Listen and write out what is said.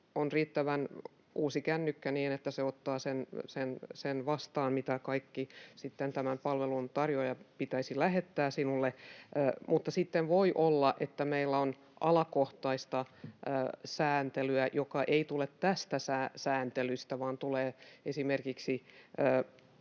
on riittävän uusi kännykkä, myös niin, että se ottaa vastaan sen, mitä kaikkea tämän palvelun tarjoajan pitäisi lähettää sinulle — mutta sitten voi olla, että meillä on alakohtaista sääntelyä, joka ei tule tästä sääntelystä vaan esimerkiksi